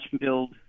build